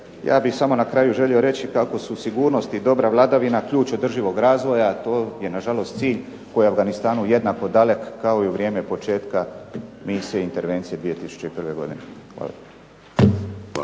Ja bih samo na kraju želio reći kako su sigurnost i dobra vladavina ključ održivog razvoja. To je na žalost cilj koji je u Afganistanu jednako dalek kao i u vrijeme početka misije intervencije 2001. godine. Hvala